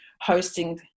hosting